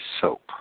soap